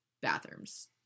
bathrooms